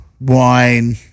Wine